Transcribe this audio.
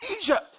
Egypt